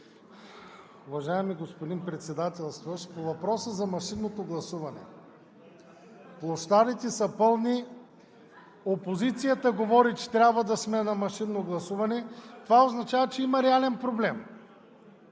уважаеми господин Председателстващ! По въпроса за машинното гласуване. Площадите са пълни, опозицията говори, че трябва да сме на машинно гласуване – това означава, че има реален проблем.